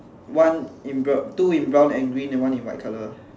one in brown two in brown and green and one in white colour